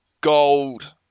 Gold